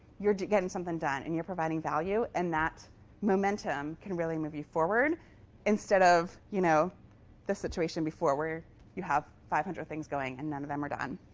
you're getting something done. and you're providing value. and that momentum can really move you forward instead of you know the situation before, where you have five hundred things going, and none of them are done.